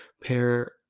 pair